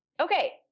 Okay